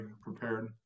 Prepared